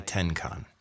Tenkan